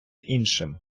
іншим